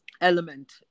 element